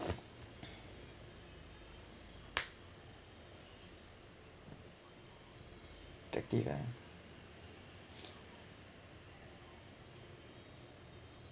ah